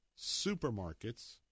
supermarkets